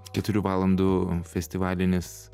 keturių valandų festivalinis